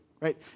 right